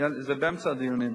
זה באמצע הדיונים.